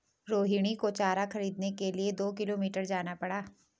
रोहिणी को चारा खरीदने के लिए दो किलोमीटर जाना पड़ा